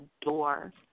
door